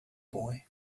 boy